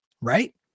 right